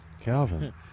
Calvin